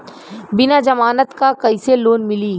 बिना जमानत क कइसे लोन मिली?